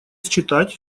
считать